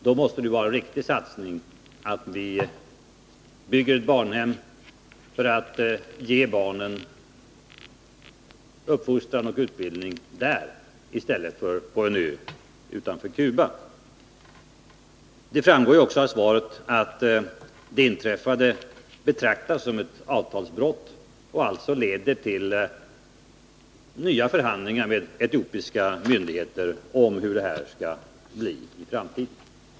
Det måste ju vara en riktig satsning att vi bygger ett barnhem för att ge barnen uppfostran och utbildning i Etiopien i stället för på en ö utanför Cuba. Det framgår ju också av svaret att det inträffade betraktas som ett Nr 51 avtalsbrott och alltså leder till nya förhandlingar med etiopiska myndigheter Måndagen den om hur det skall bli i framtiden.